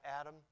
Adam